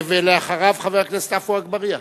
אחריו, חבר הכנסת ד"ר עפו אגבאריה.